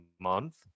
month